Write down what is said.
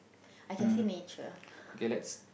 I can see nature